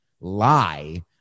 lie